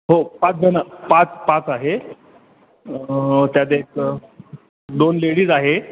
हो पाच जणं पाच पाच आहे त्यात एक दोन लेडीज आहे